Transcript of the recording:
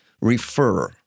refer